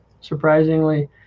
Surprisingly